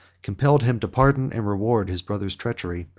compelled him to pardon and reward his brother's treachery,